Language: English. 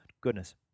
goodness